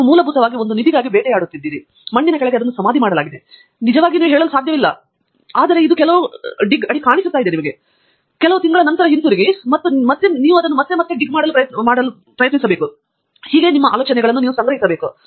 ನೀವು ಮೂಲಭೂತವಾಗಿ ಒಂದು ನಿಧಿಗಾಗಿ ಬೇಟೆಯಾಡುತ್ತಿದ್ದರೆ ಮಣ್ಣಿನ ಕೆಳಗೆ ಸಮಾಧಿ ಮಾಡಲಾಗಿದೆ ಮತ್ತು ನೀವು ನಿಜವಾಗಿಯೂ ಹೇಳಲು ಸಾಧ್ಯವಿಲ್ಲ ಮತ್ತು ಇಂದು ನನಗೆ ಕೆಲವು ಅಡಿ ಡಿಗ್ ಕಾಣಿಸುತ್ತದೆ ಮತ್ತು ನಾನು ಕೆಲವು ತಿಂಗಳ ನಂತರ ಹಿಂತಿರುಗಿ ಮತ್ತು ನಂತರ ನೀವು ಮತ್ತೆ ಮತ್ತೆ ಮತ್ತೆ ಮಾಡಬೇಕು ಮತ್ತು ಹೀಗೆ ನಿಮ್ಮ ಆಲೋಚನೆಗಳು ಸಂಗ್ರಹಿಸಬೇಕು